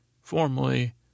Formerly